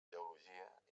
geologia